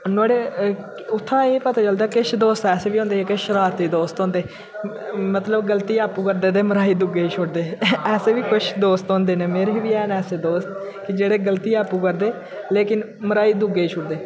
नुहाड़े उत्थां एह् पता चलदा किश दोस्त ऐसे बी हुन्दे जेह्के शरारती दोस्त होंदे मतलब गलती आपूं करदे ते मराई दुए गी छुड़दे ऐसे बी किश दोस्त हुन्दे न मेरे बी हैन ऐसे दोस्त जेह्ड़े गलती आपूं करदे लेकिन मराई दुए गी छुड़दे